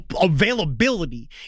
availability